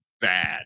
bad